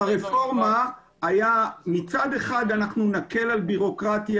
המטרה שלל הרפורמה היא שמצד אחד אנחנו נקל את בירוקרטיה